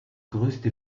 größte